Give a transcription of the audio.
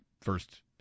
first